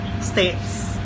states